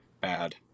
bad